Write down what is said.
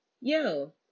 yo